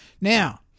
Now